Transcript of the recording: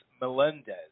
melendez